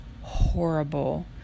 horrible